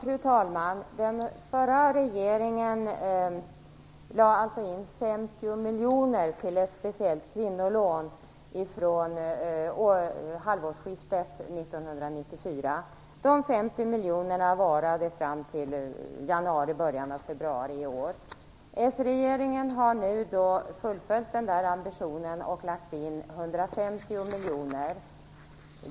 Fru talman! Den förra regeringen avsatte 50 miljoner till ett speciellt kvinnolån från halvårsskiftet 1994. De 50 miljonerna varade fram till januari, början av februari i år. Den socialdemokratiska regeringen har nu fullföljt ambitionen och avsatt 150 miljoner.